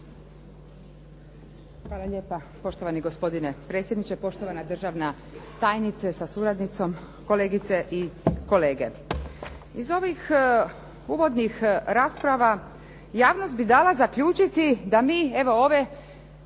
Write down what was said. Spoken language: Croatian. Hvala lijepa. Poštovani gospodine predsjedniče, poštovana državna tajnice sa suradnicom, kolegice i kolege. Iz ovih uvodnih rasprava javnost bi dala zaključiti da mi evo ove